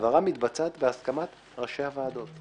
ההעברה מתבצעת בהסכמת ראשי הוועדות.